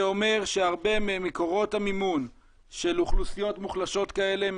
זה אומר שהרבה ממקורות המימון של אוכלוסיות מוחלשות כאלה,